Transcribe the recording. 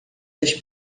das